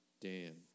Dan